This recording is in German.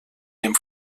dem